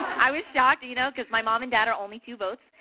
i was shocked you know because my mom and dad are only two voatle.